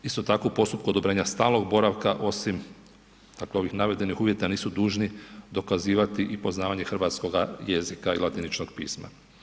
Isto tako i u postupku odobrenja stalnog boravka osim dakle ovih navedenih uvjeta, nisu dužni dokazivati i poznavanje hrvatskoga jezika i latiničnog pisma.